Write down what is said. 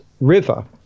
River